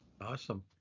awesome